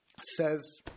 says